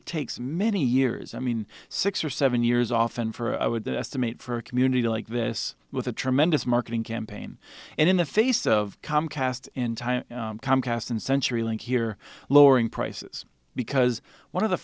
but takes many years i mean six or seven years often for i would estimate for a community like this with a tremendous marketing campaign and in the face comcast in time comcast and century link here lowering prices because one of the